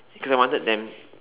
because I wanted them